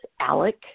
ALEC